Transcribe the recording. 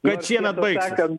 kad šiemet baigsis